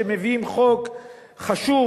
שמביאים חוק חשוב,